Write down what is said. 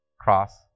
Cross